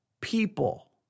people